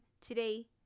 today